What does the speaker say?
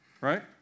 right